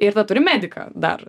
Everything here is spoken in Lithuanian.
ir tada turim mediką dar